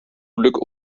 glück